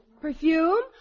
Perfume